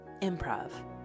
Improv